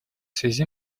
связи